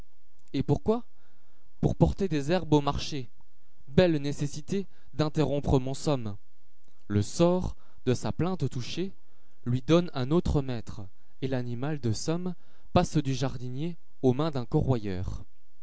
et pourquoi pour porter des herbes au marché belle nécessité d'interrompre mon somme le sort de sa plainte touché lui donne un autre maître et l'animal de somme passe du jardinier aux mains d'uu corroyeur